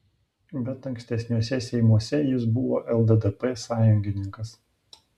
bet ankstesniuose seimuose jis buvo lddp sąjungininkas